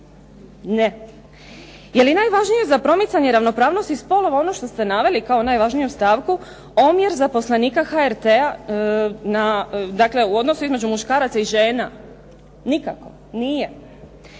Ne. Je li najvažnije za promicanje ravnopravnosti spolova ono što ste naveli kao najvažniju stavku omjer zaposlenika HRT-a na, dakle u odnosu između muškaraca i žena. Nikako, nije.